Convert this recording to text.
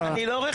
לא.